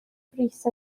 brys